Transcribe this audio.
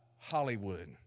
Hollywood